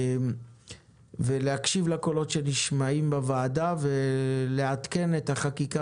המטרה היא להקשיב לקולות שנשמעים בוועדה ולעדכן את החקיקה